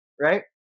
right